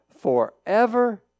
Forever